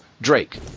Drake